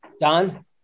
Don